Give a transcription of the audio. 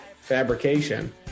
fabrication